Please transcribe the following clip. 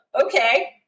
okay